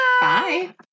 bye